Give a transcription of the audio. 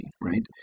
right